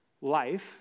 life